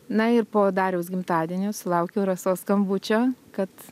na ir po dariaus gimtadienio sulaukiau rasos skambučio kad